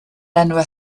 enwau